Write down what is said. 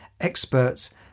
experts